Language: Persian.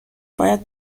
باید